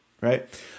right